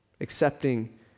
accepting